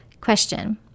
Question